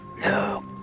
no